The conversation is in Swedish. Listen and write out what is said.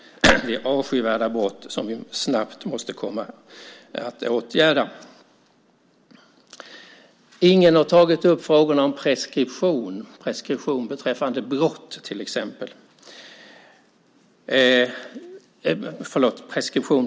Det är avskyvärda brott som vi snabbt måste åtgärda. Ingen har tagit upp frågan om preskription beträffande till exempel mord.